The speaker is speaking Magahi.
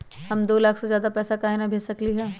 हम दो लाख से ज्यादा पैसा काहे न भेज सकली ह?